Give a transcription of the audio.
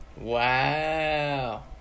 Wow